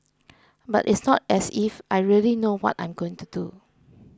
but it's not as if I really know what I'm going to do